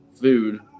food